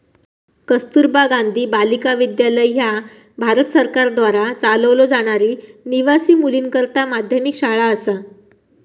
कस्तुरबा गांधी बालिका विद्यालय ह्या भारत सरकारद्वारा चालवलो जाणारी निवासी मुलींकरता माध्यमिक शाळा असा